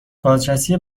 بازرسی